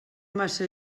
massa